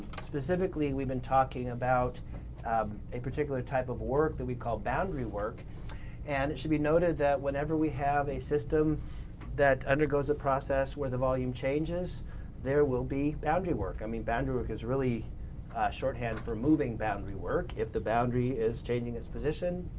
specifically, we've been talking about um a particular type of work that we call boundary work and it should be noted that whenever we have a system that undergoes a process where the volume changes there will be boundary work. i mean, boundary work is really shorthand for moving boundary work. if the boundary is changing its position,